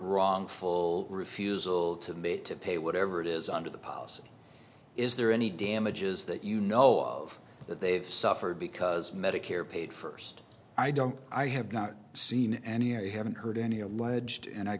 wrongful refusal to admit to pay whatever it is under the policy is there any damages that you know of that they've suffered because medicare paid first i don't i have not seen any i haven't heard any alleged and i